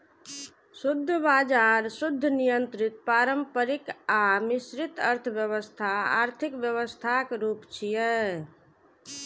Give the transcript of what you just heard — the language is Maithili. शुद्ध बाजार, शुद्ध नियंत्रित, पारंपरिक आ मिश्रित अर्थव्यवस्था आर्थिक व्यवस्थाक रूप छियै